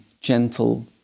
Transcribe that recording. gentle